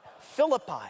Philippi